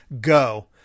Go